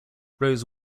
rose